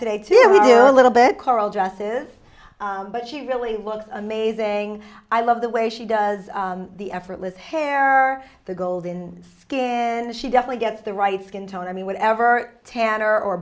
today to we do a little bit coral juss but she really looks amazing i love the way she does the effortless hair the gold in skin she definitely gets the right skin tone i mean whatever tan or or